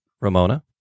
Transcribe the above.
Ramona